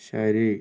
ശരി